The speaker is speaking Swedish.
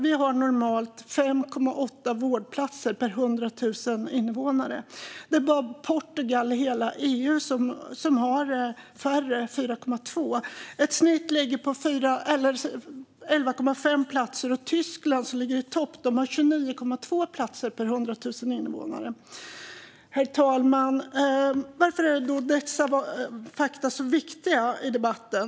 Vi har normalt 5,8 vårdplatser per 100 000 invånare. Det är bara Portugal i hela EU som har färre - 4,2. Genomsnittet är 11,5 platser, och Tyskland som ligger i topp har 29,2 platser per 100 000 invånare. Herr talman! Varför är då dessa fakta så viktiga i debatten?